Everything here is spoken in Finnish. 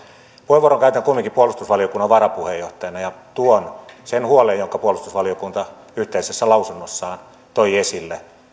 puheenvuoron käytän kumminkin puolustusvaliokunnan varapuheenjohtajana ja tuon sen huolen jonka puolustusvaliokunta yhteisessä lausunnossaan toi esille